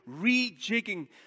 rejigging